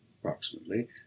approximately